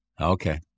Okay